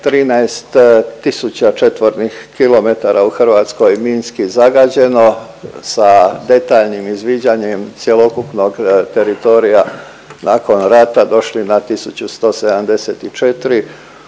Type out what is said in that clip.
tisuća četvornih kilometara u Hrvatskoj minski zagađeno sa detaljnim izviđanjem cjelokupnog teritorija nakon rata došli na 1174.